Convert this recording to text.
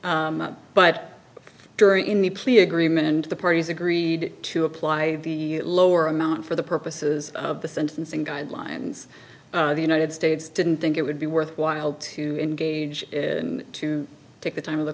but during the plea agreement and the parties agreed to apply the lower amount for the purposes of the sentencing guidelines the united states didn't think it would be worthwhile to engage in to take the time of the